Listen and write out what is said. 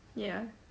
ya